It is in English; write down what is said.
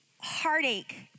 heartache